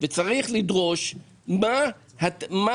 צריך לדרוש לדעת מה